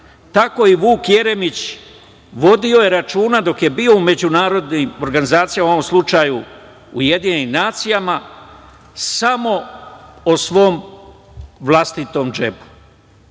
tako i Vuk Jeremić vodio je računa dok je bio u međunarodnim organizacijama, u ovom slučaju u Ujedinjenim nacijama, samo o svom vlastitom džepu.